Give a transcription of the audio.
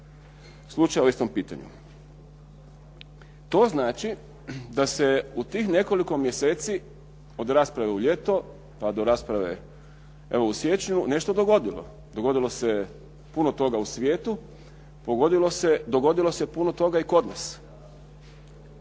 slučaja o istom pitanju. To znači da se u tih nekoliko mjeseci od rasprave u ljeto pa do rasprave evo u siječnju nešto dogodilo, dogodilo se puno toga u svijetu, dogodilo se i puno toga kod nas.